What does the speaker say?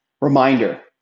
reminder